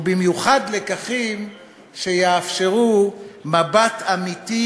ובמיוחד לקחים שיאפשרו מבט אמיתי,